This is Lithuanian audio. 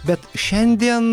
bet šiandien